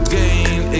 gain